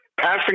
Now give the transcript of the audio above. passing